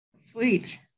Sweet